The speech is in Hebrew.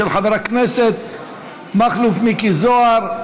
של חבר הכנסת מכלוף מיקי זוהר.